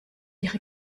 ihre